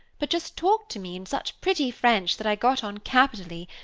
but just talked to me in such pretty french that i got on capitally,